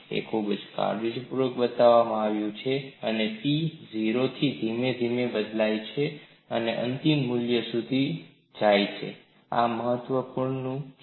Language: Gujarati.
તે ખૂબ કાળજીપૂર્વક બતાવવામાં આવ્યું છે કે P 0 થી ધીમે ધીમે બદલાય છે અંતિમ મૂલ્ય સુધિ જાઇ છે આ ખૂબ મહત્વનું છે